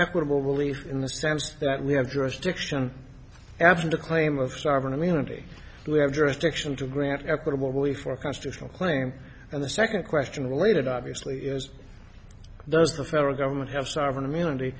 equitable relief in the sense that we have jurisdiction absent a claim of sovereign immunity to have jurisdiction to grant equitable way for a constitutional claim and the second question related obviously as does the federal government have sovereign immunity